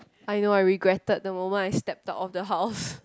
I know I regretted the moment I step out of the house